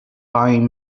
buying